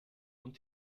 und